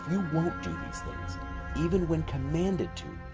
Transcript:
you won't do these things even when commanded to